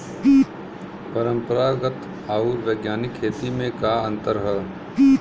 परंपरागत आऊर वैज्ञानिक खेती में का अंतर ह?